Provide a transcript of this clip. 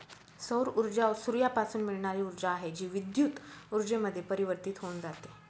सौर ऊर्जा सूर्यापासून मिळणारी ऊर्जा आहे, जी विद्युत ऊर्जेमध्ये परिवर्तित होऊन जाते